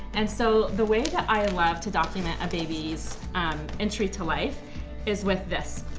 and so the way that i love to document a baby's um entry to life is with this.